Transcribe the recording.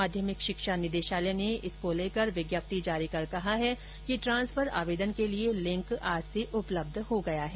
माध्यमिक शिक्षा निदेशालय ने इसको लेकर विज्ञप्ति जारी कर कहा है कि ट्रांसफर आवेदन के लिए लिंक आज से उपलब्ध हो गया है